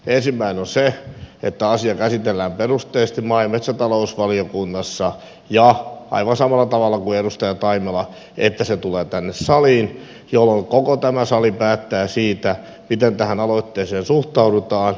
ensimmäinen on se että asia käsitellään perusteellisesti maa ja metsätalousvaliokunnassa ja aivan samalla tavalla kuin edustaja taimela sanoi että se tulee tänne saliin jolloin koko tämä sali päättää siitä miten tähän aloitteeseen suhtaudutaan